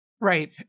Right